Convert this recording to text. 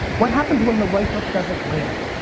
what happens when the right hook doesn't land?